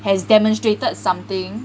has demonstrated something